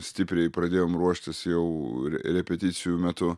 stipriai pradėjom ruoštis jau r repeticijų metu